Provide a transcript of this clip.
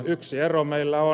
yksi ero meillä on